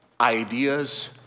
Ideas